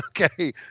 Okay